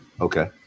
Okay